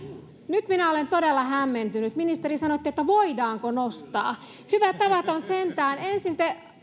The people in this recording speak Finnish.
nyt minä olen todella hämmentynyt ministeri sanoitte että voidaanko nostaa hyvä tavaton sentään ensin te